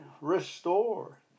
restore